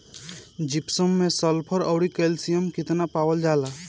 Gypsum मैं sulphur औरी calcium कितना कितना पावल जाला?